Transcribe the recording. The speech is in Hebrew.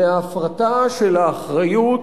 מההפרטה של האחריות